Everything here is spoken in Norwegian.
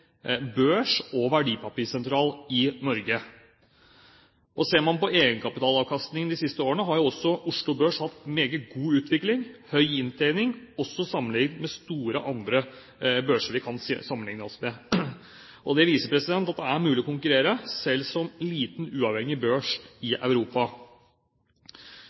børs og verdipapirsentral i Norge. Ser man på egenkapitalavkastningen de siste årene, har jo også Oslo Børs hatt meget god utvikling og høy inntjening, også sammenlignet med andre store børser vi kan sammenligne oss med. Det viser at det er mulig å konkurrere, selv som liten, uavhengig børs i Europa.